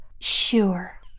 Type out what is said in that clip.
Sure